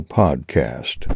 podcast